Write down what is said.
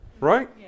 Right